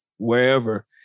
wherever